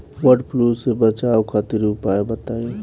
वड फ्लू से बचाव खातिर उपाय बताई?